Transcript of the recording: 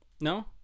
no